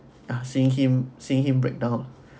ah seeing him seeing him breakdown